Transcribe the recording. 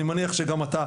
אני מניח שגם אתה,